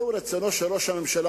זהו רצונו של ראש הממשלה,